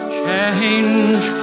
change